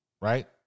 Right